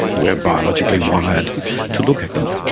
we're biologically wired to look at them.